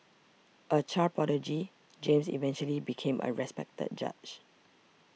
a child prodigy James eventually became a respected judge